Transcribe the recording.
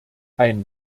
ein